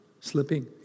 slipping